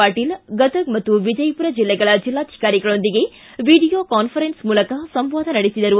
ಪಾಟೀಲ್ ಗದಗ್ ಮತ್ತು ವಿಜಯಮರ ಜಿಲ್ಲೆಗಳ ಜಿಲ್ಲಾಧಿಕಾರಿಗಳೊಂದಿಗೆ ವಿಡಿಯೋ ಕಾನ್ನರೆನ್ಸ್ ಮೂಲಕ ಸಂವಾದ ನಡೆಸಿದರು